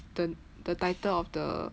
the the title of the